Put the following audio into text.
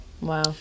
Wow